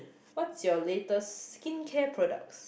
what's your latest skincare products